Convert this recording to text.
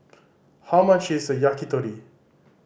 how much is Yakitori